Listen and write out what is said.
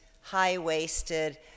high-waisted